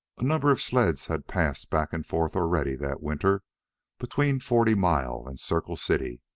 a number of sleds had passed back and forth already that winter between forty mile and circle city,